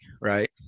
right